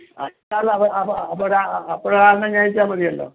ആ അല്ല അത് അപ്പം അപ്പം ഒരു അപ്പം ഒരാളിനെ ഞാൻ അയച്ചാൽ മതിയല്ലോ